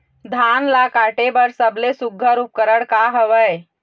धान ला काटे बर सबले सुघ्घर उपकरण का हवए?